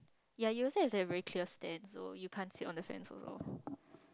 ya you also have to have a very clear stand so you can't sit on the fence also